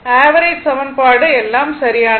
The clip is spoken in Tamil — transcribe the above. ஆவரேஜ் சமன்பாடு எல்லாம் சரியானது